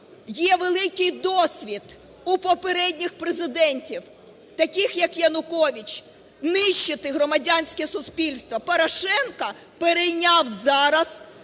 є великий досвід у попередніх президентів, таких, як Янукович, нищити громадянське суспільство. Порошенко перейняв зараз